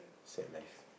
sad life